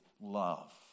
love